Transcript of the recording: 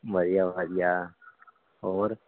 ਵਧੀਆ ਵਧੀਆ ਹੋਰ